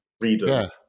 readers